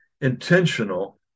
intentional